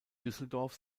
düsseldorf